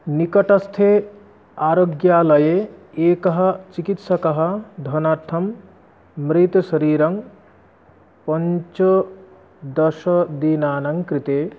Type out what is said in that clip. निकटस्थे आरोग्यालये एकः चिकित्सकः धनार्थं मृतशरीरं पञ्चदश दिनानाङ्कृते